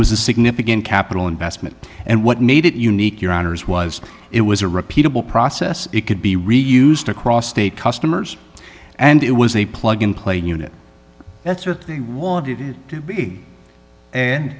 it was a significant capital investment and what made it unique your honour's was it was a repeatable process it could be reused across state customers and it was a plug and play unit that's what they wanted to be and